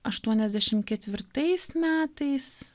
aštuoniasdešim ketvirtais metais